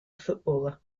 footballer